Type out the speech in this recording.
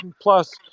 plus